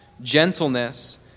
gentleness